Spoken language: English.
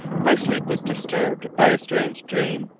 my sleep was disturbed by a strange dream.